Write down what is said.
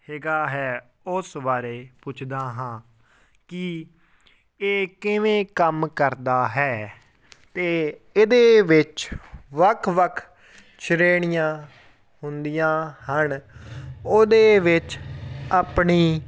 ਹੈਗਾ ਹੈ ਉਸ ਬਾਰੇ ਪੁੱਛਦਾ ਹਾਂ ਕਿ ਇਹ ਕਿਵੇਂ ਕੰਮ ਕਰਦਾ ਹੈ ਅਤੇ ਇਹਦੇ ਵਿੱਚ ਵੱਖ ਵੱਖ ਸ਼੍ਰੇਣੀਆਂ ਹੁੰਦੀਆਂ ਹਨ ਉਹਦੇ ਵਿੱਚ ਆਪਣੀ